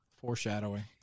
foreshadowing